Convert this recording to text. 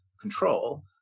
control